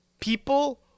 People